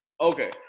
okay